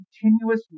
continuous